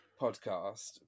podcast